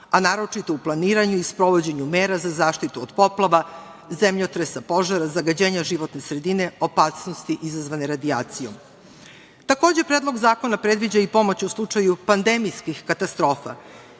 a naročito u planiranju i sprovođenju mera za zaštitu od poplava, zemljotresa, požara, zagađenja životne sredine, opasnosti izazvane radijacijom. Takođe, Predlog zakona predviđa i pomoć u slučaju pandemijskih katastrofa.